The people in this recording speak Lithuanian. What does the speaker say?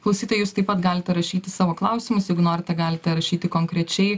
klausytojai jūs taip pat galite rašyti savo klausimus jeigu norite galite rašyti konkrečiai